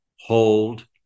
hold